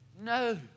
No